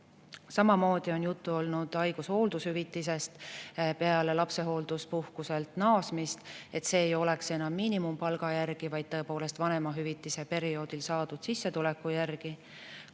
Samamoodi on juttu olnud haigus- ja hooldushüvitisest peale lapsehoolduspuhkuselt naasmist, et see ei oleks enam miinimumpalga järgi, vaid tõepoolest vanemahüvitise perioodil saadud sissetuleku järgi.